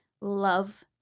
love